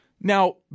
Now